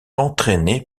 entraîné